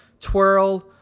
twirl